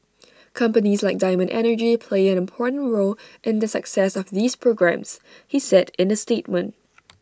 companies like diamond energy play an important role in the success of these programmes he said in A statement